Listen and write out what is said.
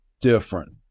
different